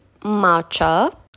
matcha